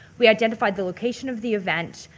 we identified the location of the event,